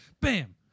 Bam